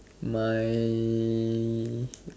my